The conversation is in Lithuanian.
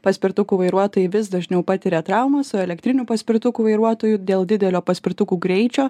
paspirtukų vairuotojai vis dažniau patiria traumas o elektrinių paspirtukų vairuotojų dėl didelio paspirtukų greičio